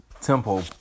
Temple